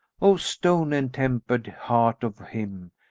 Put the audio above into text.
oh stone-entempered heart of him!